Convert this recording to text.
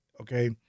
okay